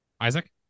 Isaac